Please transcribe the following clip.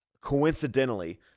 coincidentally